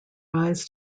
rise